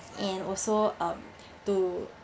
and also um to